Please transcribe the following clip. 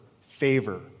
favor